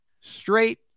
straight